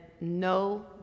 no